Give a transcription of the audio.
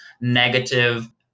negative